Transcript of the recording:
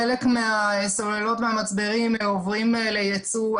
חלק מהסוללות והמצברים עוברים ליצוא.